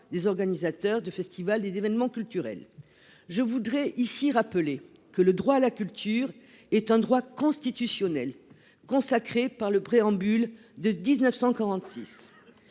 des organisateurs de festivals et d'événements culturels. Je voudrais ici rappeler que le droit à la culture est un droit constitutionnel consacré par le préambule de 1946.